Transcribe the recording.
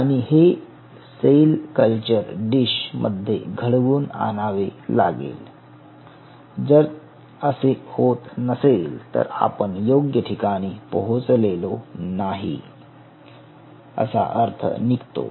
आणि हे cell culture dish मध्ये घडवून आणावे लागेल जर असे होत नसेल तर आपण योग्य ठिकाणी पोहोचलेलो नाही असा अर्थ निघतो